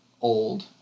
old